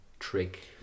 trick